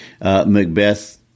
Macbeth